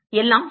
எல்லாம் சரி